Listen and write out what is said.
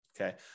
okay